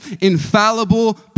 infallible